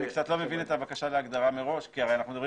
אני קצת לא מבין את הבקשה להגדרה מראש כי הרי אנחנו מדברים